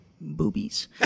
boobies